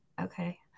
okay